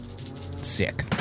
Sick